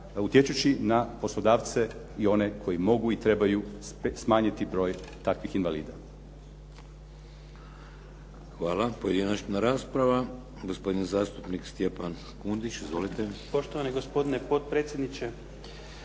utječući na poslodavce i one koji mogu i trebaju smanjiti broj takvih invalida. **Šeks, Vladimir (HDZ)** Hvala. Pojedinačna rasprava. Gospodin zastupnik Stjepan Kundić. Izvolite. **Kundić, Stjepan (HDZ)** Poštovani gospodine potpredsjedniče.